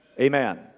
Amen